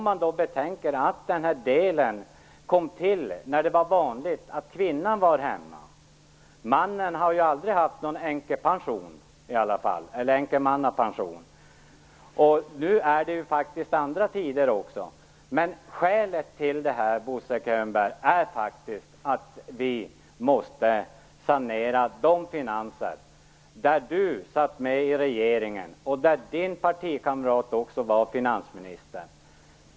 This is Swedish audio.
Man skall betänka att det här tillägget kom till när det var vanligt att kvinnan var hemma. Männen har ju aldrig haft någon änkemannapension. Nu är det faktiskt andra tider. Skälet till det här, Bo Könberg, är faktiskt att vi måste sanera finanserna från den regering som Bo Könberg satt med i och där hans partikamrat var finansminister.